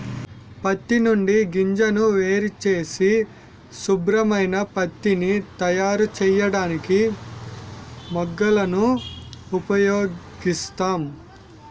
పత్తి నుండి గింజను వేరుచేసి శుభ్రమైన పత్తిని తయారుచేయడానికి మగ్గాలను ఉపయోగిస్తాం